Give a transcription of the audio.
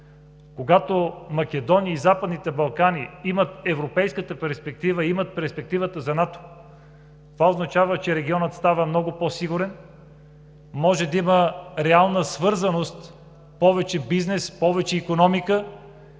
Когато Македония и Западните Балкани имат европейската перспектива, имат перспективата за НАТО, това означава, че регионът става много по-сигурен, може да има реална свързаност, повече бизнес, повече икономика